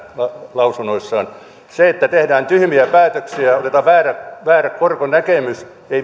lausunnoissaan se että tehdään tyhmiä päätöksiä otetaan väärä korkonäkemys